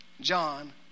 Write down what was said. John